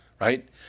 Right